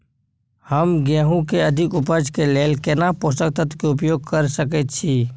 हम गेहूं के अधिक उपज के लेल केना पोषक तत्व के उपयोग करय सकेत छी?